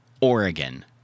Oregon